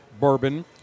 bourbon